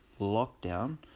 lockdown